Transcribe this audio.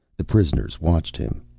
the prisoners watched him.